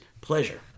pleasure